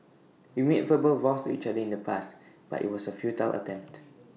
we made verbal vows to each other in the past but IT was A futile attempt